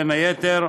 בין היתר,